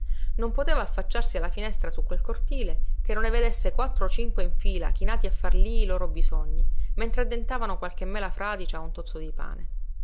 non poteva affacciarsi alla finestra su quel cortile che non ne vedesse quattro o cinque in fila chinati a far lí i loro bisogni mentre addentavano qualche mela fradicia o un tozzo di pane